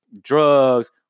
drugs